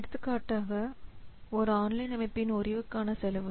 எடுத்துக்காட்டாக ஒரு ஆன்லைன் அமைப்பின் முறிவுக்கான செலவு